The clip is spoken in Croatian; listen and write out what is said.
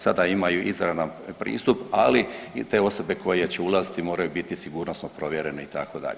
Sada imaju izravan pristup, ali i te osobe koje će ulaziti moraju biti sigurnosno provjerene itd.